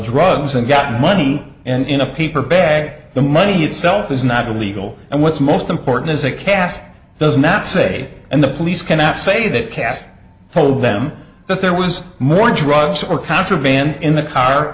drugs and got money in a paper bag the money itself is not illegal and what's most important is a cast those not say and the police cannot say that cask told them that there was more drugs or contraband in the car